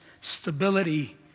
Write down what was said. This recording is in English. stability